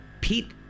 Pete